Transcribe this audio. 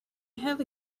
have